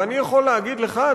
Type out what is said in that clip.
ואני יכול להגיד לך,